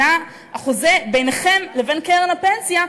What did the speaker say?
החוזה ביניכם לבין קרן הפנסיה,